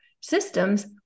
systems